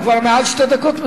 הוא מדבר כבר מעל שתי דקות.